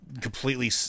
completely